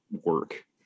work